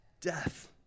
death